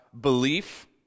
belief